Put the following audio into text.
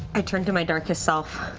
i turn to my darkest self.